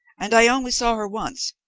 and i only saw her once,